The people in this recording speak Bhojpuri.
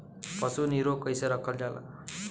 पशु के निरोग कईसे रखल जाला?